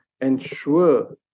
ensure